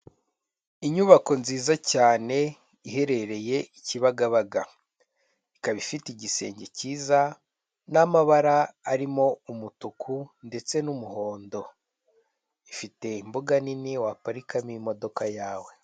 Inyubako nziza cyane iherereye i Kibagabaga, ikaba ifite igisenge cyiza n'amabara arimo umutuku ndetse n'umuhondo, ifite imbuga nini waparikamo imodoka yawe.